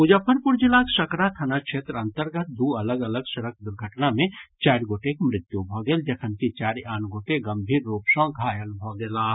मुजफ्फरपुर जिलाक सकरा थाना क्षेत्र अंतर्गत दू अलग अलग सड़क दुर्घटना मे चारि गोटेक मृत्यु भऽ गेल जखनकि चारि आन गोटे गंभीर रूप सॅ घायल भऽ गेलाह